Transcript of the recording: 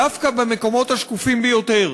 דווקא במקומות השקופים ביותר,